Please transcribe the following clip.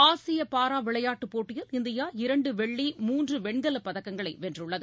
ஆசிய பாரா விளையாட்டுப் போட்டியில் இந்தியா இரண்டு வெள்ளி மூன்று வெண்கலப் பதக்கங்களை வென்றுள்ளது